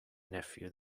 nephew